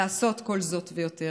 לעשות כל זאת ויותר,